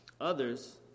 Others